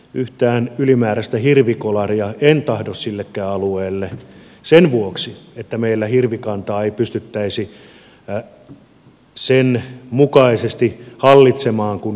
yhtään ylimääräistä hirvikolaria en tahdo sillekään alueelle sen vuoksi että meillä hirvikantaa ei pystyttäisi sen mukaisesti hallitsemaan kuin hyvä on